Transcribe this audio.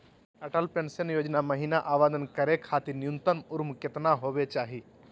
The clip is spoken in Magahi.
अटल पेंसन योजना महिना आवेदन करै खातिर न्युनतम उम्र केतना होवे चाही?